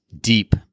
deep